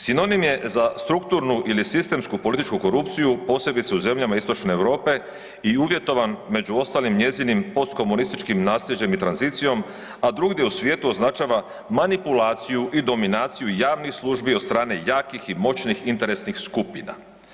Sinonim je za strukturnu ili sistemsku političku korupciju posebice u zemljama istočne Europe i uvjetovan među ostalim njezinim postkomunističkim nasljeđem i tranzicijom, a drugdje u svijetu označava manipulaciju i dominaciju javnih službi od strane jakih i moćnih interesnih skupina.